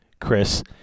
Chris